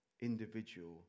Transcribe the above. individual